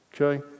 okay